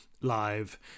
live